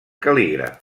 cal·lígraf